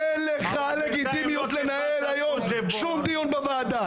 אין לך לגיטימיות לנהל היום שום דיון בוועדה.